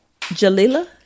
Jalila